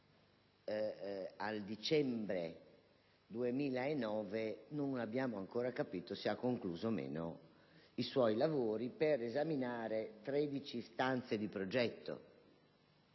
nel dicembre del 2009 non abbiamo capito se ha concluso o meno i suoi lavori per esaminare 13 istanze di progetto,